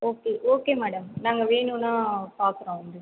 okay okay madam நாங்கள் வேணும்னா பார்க்குறோம் வந்து